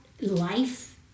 life